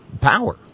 power